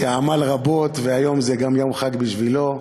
שעמל רבות והיום זה גם יום חג בשבילו.